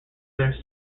their